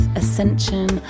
ascension